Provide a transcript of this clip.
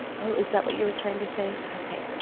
oh, is that what you were trying to say? okay,